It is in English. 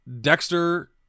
Dexter